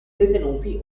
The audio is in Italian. detenuti